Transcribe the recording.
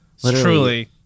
truly